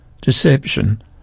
deception